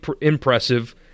impressive